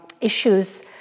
issues